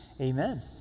Amen